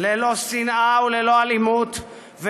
ללא שנאה וללא אלימות,